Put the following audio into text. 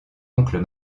oncles